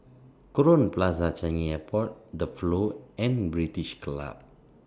Crowne Plaza Changi Airport The Flow and British Club